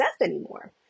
anymore